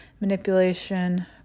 manipulation